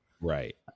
right